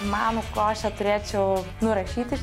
manų košę turėčiau nurašyti